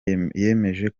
yemeje